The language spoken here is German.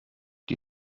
die